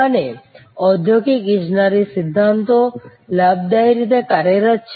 અને ઔદ્યોગિક ઇજનેરી સિદ્ધાંતો લાભદાયી રીતે કાર્યરત છે